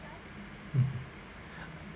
mm